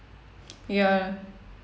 ya